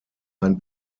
ein